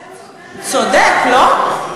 צודק, לא?